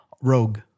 Rogue